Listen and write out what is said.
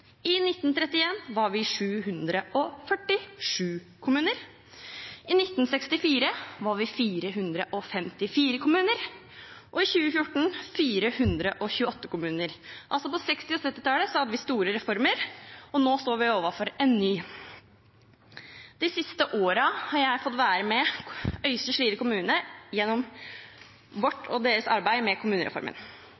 I 1931 var vi 747 kommuner. I 1964 var vi 454 kommuner. Og i 2014 var vi 428 kommuner. På 1960- og 1970-tallet hadde vi store reformer, og nå står vi overfor en ny. De siste årene har jeg fått være med Øystre Slidre kommune gjennom vårt